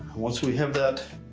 once we have that